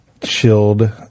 chilled